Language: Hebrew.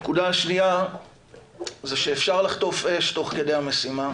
הנקודה השנייה זה שאפשר לחטוף אש תוך כדי המשימה